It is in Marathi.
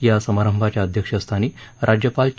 या समारंभाच्या अध्यक्षस्थानी राज्यपाल चे